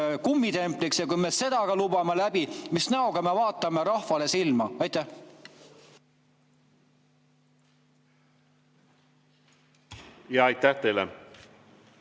kummitempliks ja kui me selle ka lubame läbi, mis näoga me vaatame rahvale silma? Aitäh! Aitäh teile!